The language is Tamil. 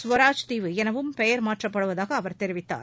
கவராஜ் தீவு எனவும் பெயர் மாற்றப்படுவதாக அவர் தெரிவித்தார்